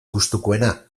gustukoena